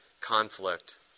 conflict